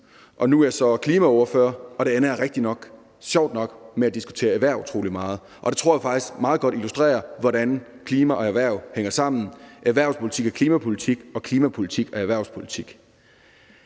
Nu er jeg så klimaordfører, og der ender jeg sjovt nok med at diskutere erhvervspolitik utrolig meget. Det tror jeg faktisk meget godt illustrerer, hvordan klima og erhverv hænger sammen. Erhvervspolitik er klimapolitik, og klimapolitik er erhvervspolitik.